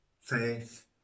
faith